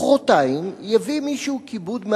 מחרתיים יביא מישהו כיבוד מהבית,